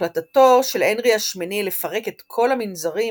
החלטתו של הנרי השמיני לפרק את כל המנזרים